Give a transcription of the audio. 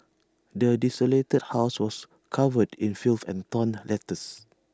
the desolated house was covered in filth and torn letters